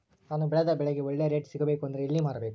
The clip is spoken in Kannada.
ನಾನು ಬೆಳೆದ ಬೆಳೆಗೆ ಒಳ್ಳೆ ರೇಟ್ ಸಿಗಬೇಕು ಅಂದ್ರೆ ಎಲ್ಲಿ ಮಾರಬೇಕು?